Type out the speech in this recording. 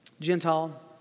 Gentile